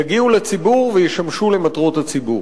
יגיעו לציבור וישמשו למטרות הציבור.